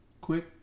Quick